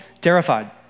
terrified